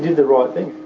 the the right thing.